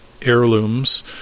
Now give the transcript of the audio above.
Heirlooms